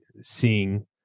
seeing